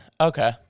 Okay